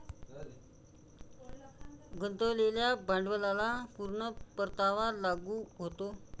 गुंतवलेल्या भांडवलाला पूर्ण परतावा लागू होतो